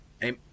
Hey